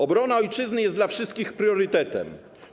Obrona ojczyzny jest dla wszystkich priorytetem.